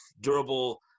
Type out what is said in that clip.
durable